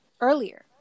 earlier